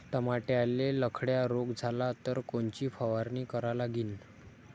टमाट्याले लखड्या रोग झाला तर कोनची फवारणी करा लागीन?